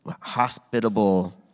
hospitable